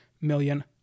million